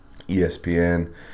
ESPN